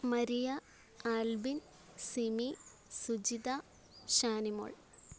Maria Albin Simi Sujitha Shanimol